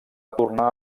tornar